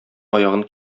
аягын